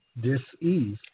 dis-ease